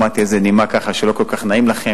שמעתי איזו נימה שלא כל כך נעים לכם,